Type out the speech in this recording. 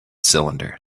cylinder